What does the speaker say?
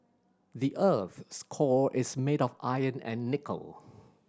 the earth's core is made of iron and nickel